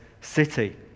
city